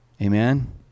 Amen